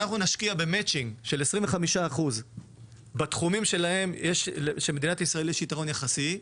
שאנחנו נשקיע במצ׳ינג של 25% בתחומים שלמדינת ישראל יש יתרון יחסי,